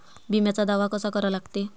बिम्याचा दावा कसा करा लागते?